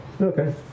Okay